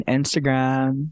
Instagram